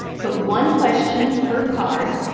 put one question per card,